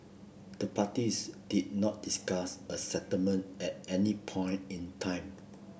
the parties did not discuss a settlement at any point in time